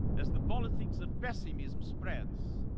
as the politics of pessimism spreads,